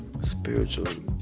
spiritually